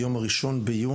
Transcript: היום ה- 1 ביוני,